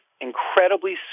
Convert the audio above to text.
incredibly